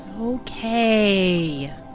Okay